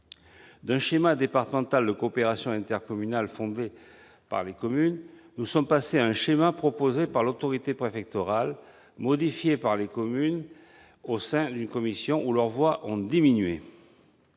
D'un schéma départemental de coopération intercommunale fondé par les communes, nous sommes passés à un schéma proposé par l'autorité préfectorale et modifié par les communes au sein d'une commission où leurs voix, en